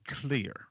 clear